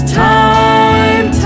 time